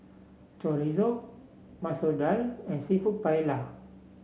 Chorizo Masoor Dal and seafood Paella